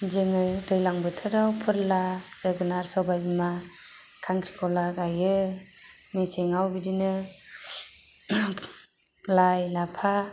जोङो दैज्लां बोथोराव फोरला जोगोनार सबाइबिमा खांख्रिखला गायो मेसेङाव बिदिनो लाइ लाफा